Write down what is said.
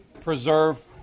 preserve